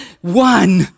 one